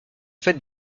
fait